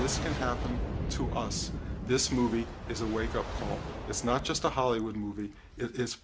to happen to us this movie is a wake up it's not just a hollywood movie it's